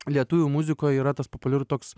lietuvių muzikoj yra tas populiaru toks